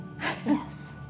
Yes